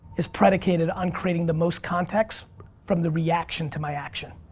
is predicated on creating the most context from the reaction to my action.